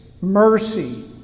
mercy